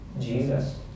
Jesus